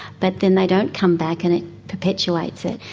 but then they don't come back and it perpetuates it.